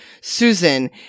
Susan –